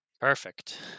Perfect